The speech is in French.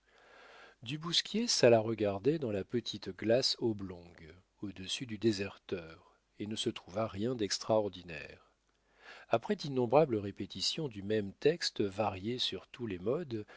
du bousquier s'alla regarder dans la petite glace oblongue au-dessus du déserteur et ne se trouva rien d'extraordinaire après d'innombrables répétitions du même texte varié sur tous les modes